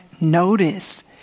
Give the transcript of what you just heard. Notice